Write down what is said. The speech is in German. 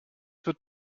wird